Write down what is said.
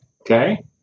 Okay